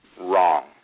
wrong